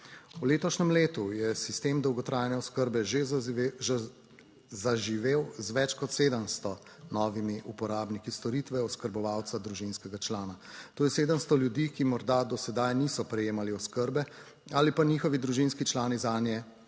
V letošnjem letu je sistem dolgotrajne oskrbe že zaživel z več kot 700 novimi uporabniki storitve oskrbovalca družinskega člana, to je 700 ljudi, ki morda do sedaj niso prejemali oskrbe ali pa njihovi družinski člani zanje